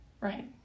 Right